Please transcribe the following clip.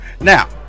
Now